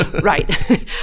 Right